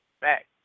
back